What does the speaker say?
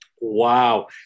Wow